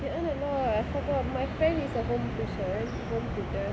they earn a lot I forgot my friend is a home tuition a home tutor